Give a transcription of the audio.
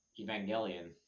Evangelion